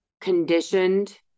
Conditioned